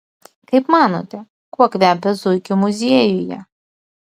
kaip manote kuo kvepia zuikių muziejuje